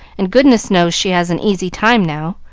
and goodness knows she has an easy time now,